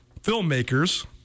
filmmakers